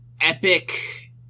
epic